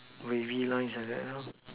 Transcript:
wavy line like that